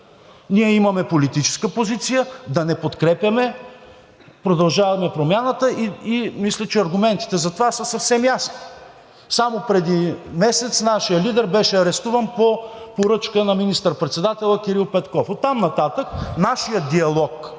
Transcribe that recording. Ние имаме политическа позиция да не подкрепяме „Продължаваме Промяната“ и мисля, че аргументите за това са съвсем ясни. Само преди месец нашият лидер беше арестуван по поръчка на министър-председателя Кирил Петков. Оттам нататък нашият диалог